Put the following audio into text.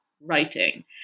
writing